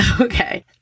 Okay